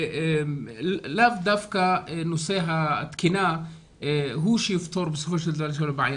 לאו דווקא נושא התקינה הוא שיפתור בסופו של דבר את הבעיה.